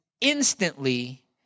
instantly